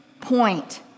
point